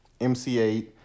MC8